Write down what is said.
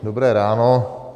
Dobré ráno.